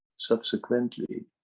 Subsequently